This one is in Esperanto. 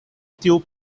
tiu